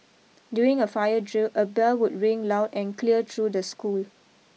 during a fire drill a bell would ring loud and clear through the school